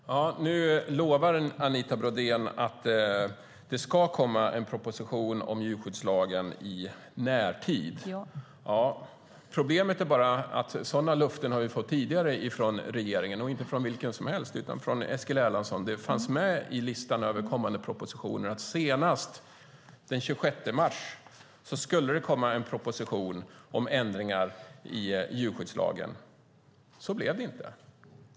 Fru talman! Nu lovar Anita Brodén att det ska komma en proposition om djurskyddslagen i närtid. : Ja.) Problemet är att vi har fått sådana löften tidigare från regeringen, inte från vem som helst utan från Eskil Erlandsson. Det fanns med i listan över kommande propositioner att det senast den 26 mars skulle komma en proposition om ändringar i djurskyddslagen. Så blev det inte.